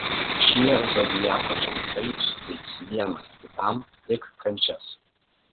šie zodiako ženklai suteiks vienas kitam tik kančias